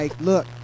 look